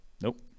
Nope